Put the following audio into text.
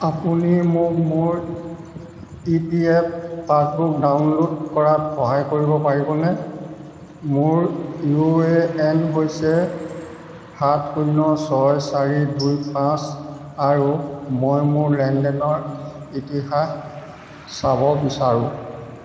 আপুনি মোক মোৰ E P F passbook download কৰাত সহায় কৰিব পাৰিবনে মোৰ ইউ এ এন হৈছে সাত শূন্য ছয় চাৰি দুই পাঁচ আৰু মই মোৰ লেনদেনৰ ইতিহাস চাব বিচাৰোঁ